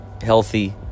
healthy